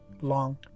long